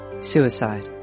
Suicide